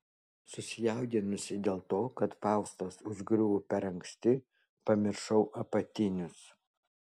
susijaudinusi dėl to kad faustas užgriuvo per anksti pamiršau apatinius